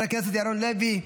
חבר הכנסת ירון לוי,